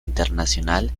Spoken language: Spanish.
internacional